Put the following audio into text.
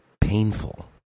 painful